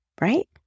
right